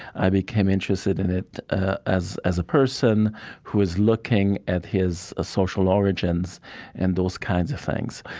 i became interested in it ah as as a person who was looking at his ah social origins and those kinds of things.